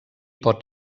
pot